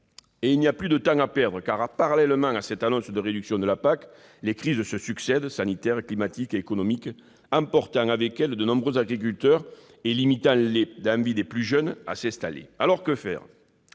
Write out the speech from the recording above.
... Il n'y a plus de temps à perdre, car, parallèlement à cette annonce de réduction de la PAC, les crises se succèdent, sanitaires, climatiques et économiques, emportant avec elles de nombreux agriculteurs et limitant l'envie des plus jeunes de s'installer. Alors, que faire ?